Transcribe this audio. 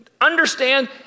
understand